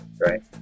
right